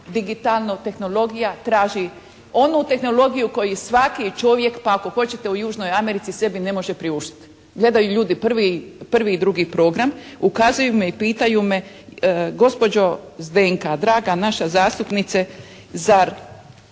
Digitalno tehnologija traži onu tehnologiju koju svaki čovjek pa ako hoćete u Južnoj Americi sebi ne može priuštiti. Gledaju ljudi prvi, prvi i drugi program. Ukazuju mi i pitaju me: «Gospođo Zdenka, draga naša zastupnice zar